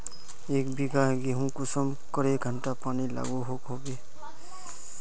एक बिगहा गेँहूत कुंसम करे घंटा पानी लागोहो होबे?